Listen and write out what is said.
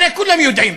הרי כולם יודעים,